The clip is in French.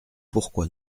pourquoi